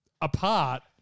apart